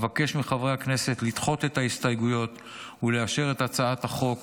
אבקש מחברי הכנסת לדחות את ההסתייגויות ולאשר את הצעת החוק